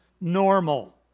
normal